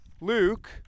Luke